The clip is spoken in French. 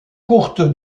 courte